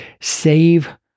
save